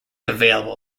available